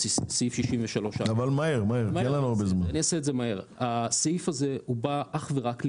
סעיף 63. הסעיף הזה הוא בא אך ורק לייעל.